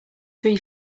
three